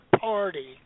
party